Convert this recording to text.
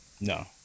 No